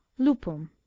lupum.